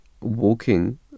walking